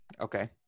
Okay